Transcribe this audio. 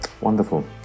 Wonderful